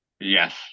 Yes